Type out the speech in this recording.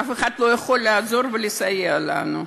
אף אחד לא יכול לעזור ולסייע לנו.